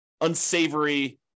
unsavory